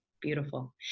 beautiful